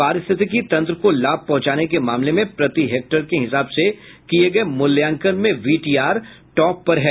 पारस्थितिकी तंत्र को लाभ पहुंचाने के मामले में प्रति हेक्टेयर के हिसाब से किये गये मूल्याकन में वीटीआर टॉप पर है